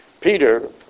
Peter